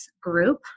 Group